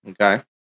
okay